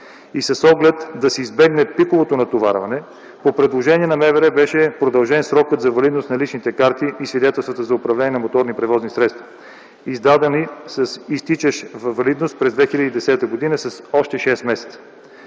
г. С оглед да се избегне пиковото натоварване, по предложение на МВР беше продължен срокът за валидност на личните карти и свидетелствата за управление на моторни превозни средства, издадени с изтичащ, във валидност през 2010 г. – с още шест месеца.